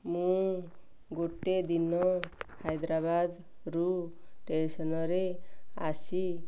ମୁଁ ଗୋଟିଏ ଦିନ ହାଇଦ୍ରାବାଦରୁ ଷ୍ଟେସନ୍ରେ ଆସି